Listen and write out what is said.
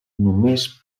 només